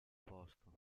posto